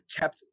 kept –